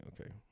okay